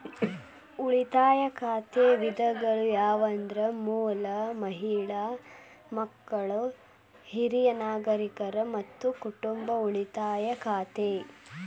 ಉಳಿತಾಯ ಖಾತೆ ವಿಧಗಳು ಯಾವಂದ್ರ ಮೂಲ, ಮಹಿಳಾ, ಮಕ್ಕಳ, ಹಿರಿಯ ನಾಗರಿಕರ, ಮತ್ತ ಕುಟುಂಬ ಉಳಿತಾಯ ಖಾತೆ